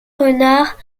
renard